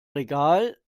regal